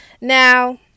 Now